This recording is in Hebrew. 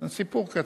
זה סיפור קצר,